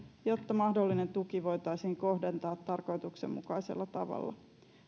jotta mahdollinen tuki voitaisiin kohdentaa tarkoituksenmukaisella tavalla